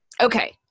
okay